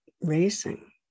racing